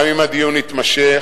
גם אם הדיון יתמשך.